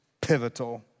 pivotal